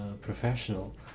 professional